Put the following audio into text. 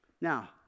Now